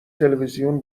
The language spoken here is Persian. تلویزیون